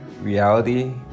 Reality